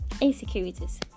insecurities